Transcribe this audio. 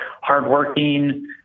hardworking